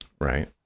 Right